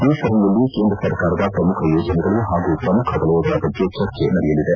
ಈ ಸರಣಿಯಲ್ಲಿ ಕೇಂದ್ರ ಸರ್ಕಾರದ ಪ್ರಮುಖ ಯೋಜನೆಗಳು ಹಾಗೂ ಪ್ರಮುಖ ವಲಯಗಳ ಬಗ್ಗೆ ಚರ್ಚೆ ನಡೆಯಲಿದೆ